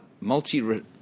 multi